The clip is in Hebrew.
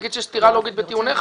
להגיד שיש סתירה לוגית בטיעוניך?